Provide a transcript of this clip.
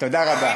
תודה רבה.